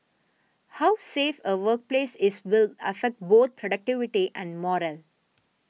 how safe a workplace is will affect both productivity and morale